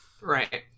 Right